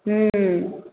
ह्म्म